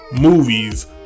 movies